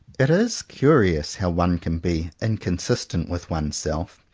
it is curious how one can be inconsistent with oneself,